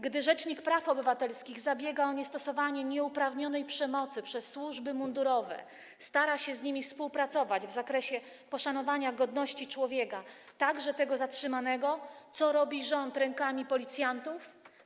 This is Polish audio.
Gdy rzecznik praw obywatelskich zabiega o niestosowanie nieuprawnionej przemocy przez służby mundurowe, stara się z nimi współpracować w zakresie poszanowania godności człowieka, także tego zatrzymanego, co robi rząd rękami policjantów?